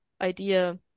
idea